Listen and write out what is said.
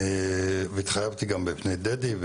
והתחייבתי גם בפני דדי,